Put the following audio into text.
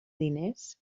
diners